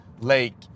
lake